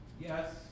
Yes